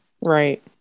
Right